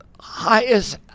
highest